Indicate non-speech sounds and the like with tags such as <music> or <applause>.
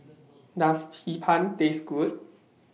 <noise> Does Hee Pan Taste Good